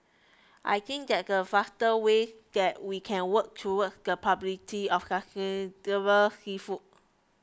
I think that's the fastest way that we can work towards the publicity of sustainable seafood